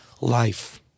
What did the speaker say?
life